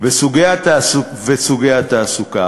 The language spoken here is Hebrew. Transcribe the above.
וסוגי התעסוקה,